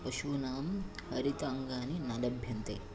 पशूनां हरिताङ्गानि न लभ्यन्ते